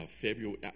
February